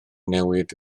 newid